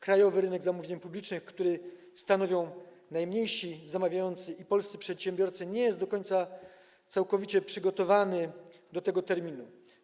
Krajowy rynek zamówień publicznych, który stanowią mniejsi zamawiający i polscy przedsiębiorcy, nie jest do końca, całkowicie przygotowany do tego terminu.